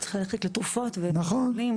צריך ללכת לתרופות וטיפולים.